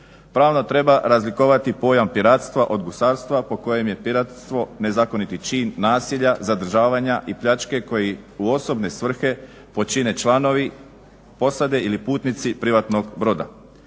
Pravno treba razlikovati pojam piratstva od gusarstva po kojem je piratstvo nezakoniti čin nasilja, zadržavanja i pljačke koji u osobne svrhe počine članovi posade ili putnici privatnog broda.